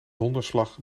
donderslag